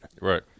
Right